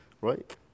Right